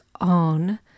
on